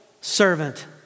servant